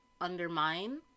undermine